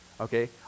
okay